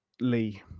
Lee